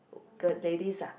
the ladies ah